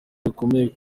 rukomeye